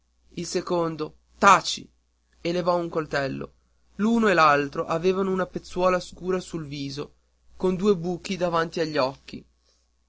il secondo taci e levò un coltello l'uno e l'altro avevano una pezzuola scura sul viso con due buchi davanti agli occhi